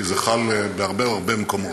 כי זה חל בהרבה הרבה מקומות.